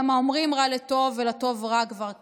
גם האומרים רע לטוב ולטוב רע כבר כאן.